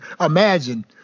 imagine